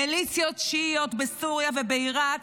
מיליציות שיעיות בסוריה ובעיראק,